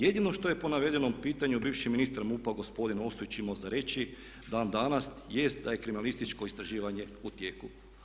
Jedino što je po navedenom pitanju bivši ministar MUP-a gospodin Ostojić imao za reći dan danas jest da je kriminalističko istraživanje u tijeku.